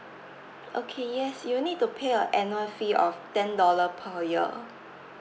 okay yes you need to pay a annual fee of ten dollar per year